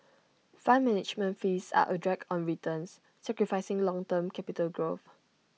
fund management fees are A drag on returns sacrificing long term capital growth